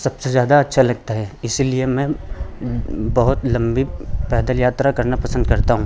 सबसे ज़्यादा अच्छा लगता है इसीलिए मैं बहुत लम्बी पैदल यात्रा करना पसंद करता हूँ